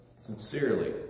sincerely